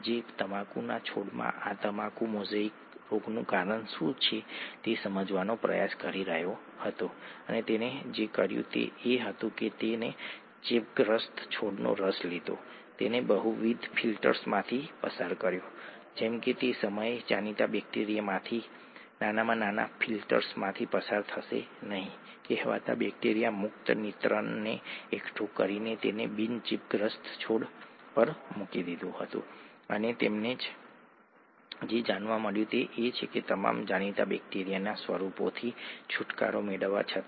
તેથી તે જે રીતે હાઇડ્રેશન સ્તર સાથે ક્રિયાપ્રતિક્રિયા કરે છે અમે કહ્યું હતું કે જો કોઈ પ્રોટીન પાણીમાં ઓગળી જાય છે તો તેની આસપાસ હાઇડ્રેશન લેયર હોય છે તે હાઇડ્રેશન સ્તર સાથેની ક્રિયાપ્રતિક્રિયા ચાર્જ સાથે બદલાય છે પીએચ સાથે બદલાય છે ઠીક છે